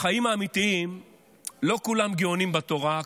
בחיים האמיתיים לא כולם גאונים בתורה,